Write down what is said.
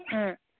ꯎꯝ